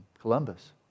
Columbus